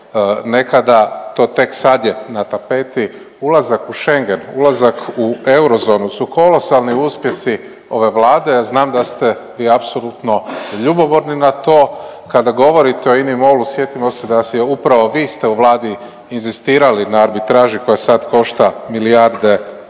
nekada. To tek sad je na tapeti. Ulazak u Schengen, ulazak u eurozonu su kolosalni uspjesi ove Vlade. Ja znam da ste vi apsolutno ljubomorni na to. Kada govorite o INA-i, MOL-u sjetimo se da ste upravo vi u Vladi inzistirali na arbitraži koja sad košta milijarde